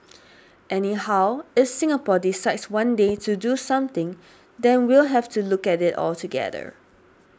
anyhow if Singapore decides one day to do something then we'll have to look at it altogether